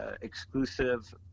exclusive